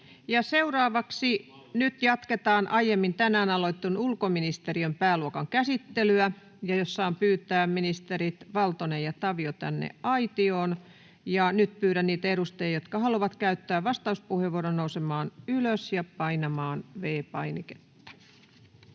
— Nyt jatketaan aiemmin tänään aloitetun ulkoministeriön pääluokan käsittelyä, ja jos saan pyytää ministerit Valtonen ja Tavio tänne aitioon. Nyt pyydän niitä edustajia, jotka haluavat käyttää vastauspuheenvuoron, nousemaan ylös ja painamaan V-painiketta.